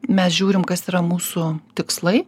mes žiūrim kas yra mūsų tikslai